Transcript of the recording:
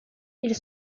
ils